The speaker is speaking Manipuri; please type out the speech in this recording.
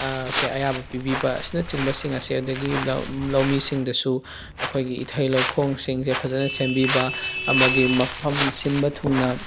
ꯑꯌꯥꯕ ꯄꯤꯕꯤꯕ ꯑꯁꯤꯅꯆꯤꯡꯕꯁꯤꯡ ꯑꯁꯦ ꯑꯗꯨꯗꯒꯤ ꯂꯧꯃꯤꯁꯤꯡꯗꯁꯨ ꯑꯩꯈꯣꯏꯒꯤ ꯏꯊꯩ ꯂꯧꯈꯣꯡꯁꯤꯡ ꯑꯁꯦ ꯐꯖꯅ ꯁꯦꯝꯕꯤꯕ ꯑꯃꯗꯤ ꯃꯐꯝ ꯁꯤꯟꯕ ꯊꯨꯡꯅ